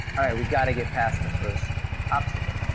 alright, we've got to get past the first obstacle.